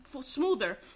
smoother